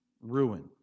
ruin